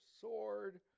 sword